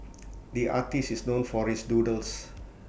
the artist is known for his doodles